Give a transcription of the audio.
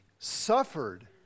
suffered